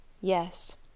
Yes